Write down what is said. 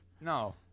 No